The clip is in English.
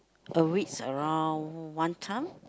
a weeks around one time